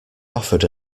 offered